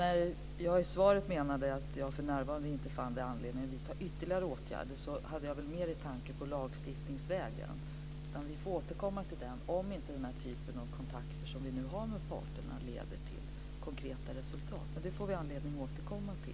När jag i svaret sade att jag för närvarande inte fann anledning att vidta ytterligare åtgärder tänkte jag mer på lagstiftningsvägen. Vi får återkomma till den om den typ av kontakter som vi nu har med parterna inte leder till konkreta resultat. Det får vi anledning att återkomma till.